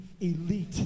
elite